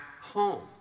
home